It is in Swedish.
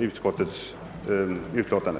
utskottets hemställan.